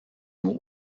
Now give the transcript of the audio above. nur